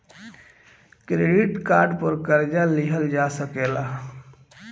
credit card पर कर्जा लिहल जा सकेला